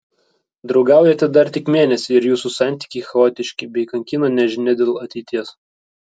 draugaujate dar tik mėnesį ir jūsų santykiai chaotiški bei kankina nežinia dėl ateities